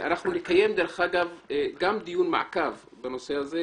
אנחנו נקיים בקרוב דיון מעקב בנושא הזה.